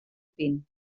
pin